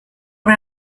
are